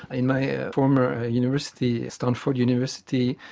in my ah former ah university, stanford university,